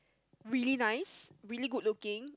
really nice really good looking